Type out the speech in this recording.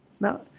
Now